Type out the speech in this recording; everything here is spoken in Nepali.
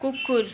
कुकुर